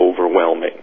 overwhelming